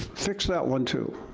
fix that one, too.